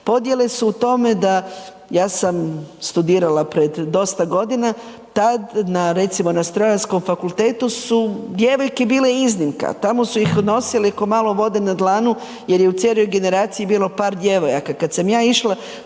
podjele su u tome da, ja sam studirala pred dosta godina, tad recimo na Strojarskom fakultetu su djevojke bile iznimka, tamo su ih nosili ko malo vode na dlanu jer je u cijeloj generaciji bilo par djevojaka.